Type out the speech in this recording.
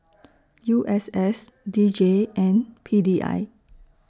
U S S D J and P D I